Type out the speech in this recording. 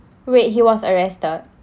wait he was arrested